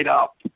up